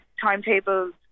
timetables